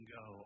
go